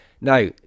now